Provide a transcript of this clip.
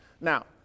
Now